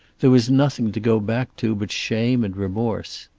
there was nothing to go back to but shame and remorse.